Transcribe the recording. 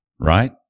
right